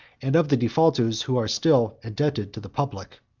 and of the defaulters who are still indebted to the public.